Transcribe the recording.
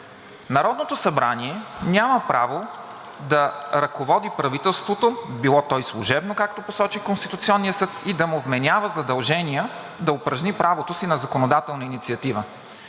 Народното събрание няма право да ръководи правителството, било то и служебно, както посочи Конституционният съд, и да му вменява задължения да упражни правото си на законодателна инициатива.